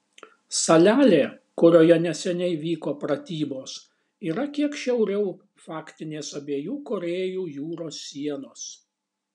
salelė kurioje neseniai vyko pratybos yra kiek šiauriau faktinės abiejų korėjų jūros sienos